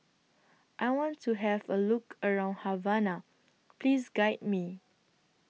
I want to Have A Look around Havana Please Guide Me